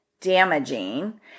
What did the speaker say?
damaging